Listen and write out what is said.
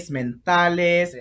mentales